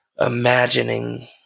imagining